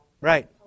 Right